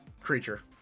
creature